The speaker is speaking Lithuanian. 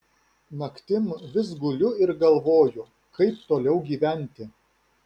naktim vis guliu ir galvoju kaip toliau gyventi